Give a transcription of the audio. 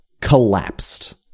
collapsed